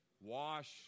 Wash